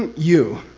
and you!